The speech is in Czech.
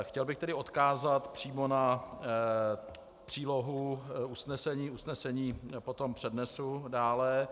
Chtěl bych tedy odkázat přímo na přílohu usnesení, usnesení potom přednesu dále.